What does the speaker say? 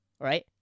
right